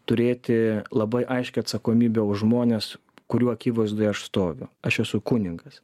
turėti labai aiškią atsakomybę už žmones kurių akivaizdoj aš stoviu aš esu kunigas